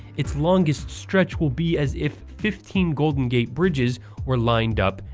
its longest stretch will be as if fifteen golden gate bridges were lined up